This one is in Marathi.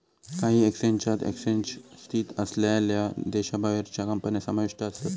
काही एक्सचेंजात एक्सचेंज स्थित असलेल्यो देशाबाहेरच्यो कंपन्या समाविष्ट आसत